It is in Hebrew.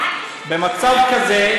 במצב כזה,